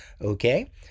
Okay